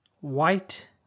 White